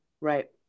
Right